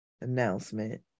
announcement